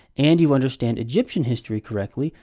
and you understand egyptian history correctly,